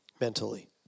mentally